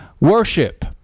worship